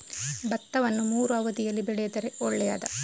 ಭತ್ತವನ್ನು ಮೂರೂ ಅವಧಿಯಲ್ಲಿ ಬೆಳೆದರೆ ಒಳ್ಳೆಯದಾ?